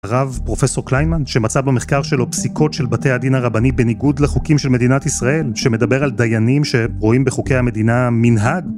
רב פרופסור קליינמן שמצא במחקר שלו פסיקות של בתי הדין הרבני בניגוד לחוקים של מדינת ישראל שמדבר על דיינים שרואים בחוקי המדינה מנהג